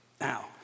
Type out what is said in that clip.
Now